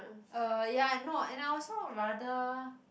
uh ya no and I also rather